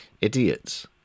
idiots